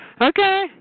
Okay